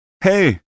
hey